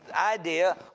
idea